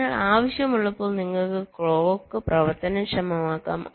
അതിനാൽ ആവശ്യമുള്ളപ്പോൾ നിങ്ങൾക്ക് ക്ലോക്ക് പ്രവർത്തനക്ഷമമാക്കാം